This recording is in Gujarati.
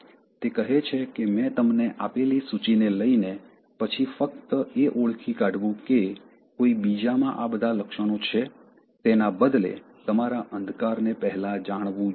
તે કહે છે કે મેં તમને આપેલી સૂચિને લઈને પછી ફક્ત એ ઓળખી કાઢવું કે કોઈ બીજામાં આ બધા લક્ષણો છે તેના બદલે તમારા અંધકારને પહેલા જાણવું જોઈએ